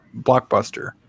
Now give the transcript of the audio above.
Blockbuster